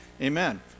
Amen